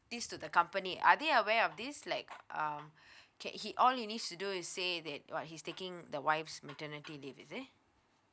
this to the company I didn't aware of this like um K he all he needs to do is say that what he's taking the wife's maternity leave is it